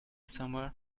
somewhere